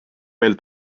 veel